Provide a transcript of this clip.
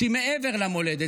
שהיא מעבר למולדת,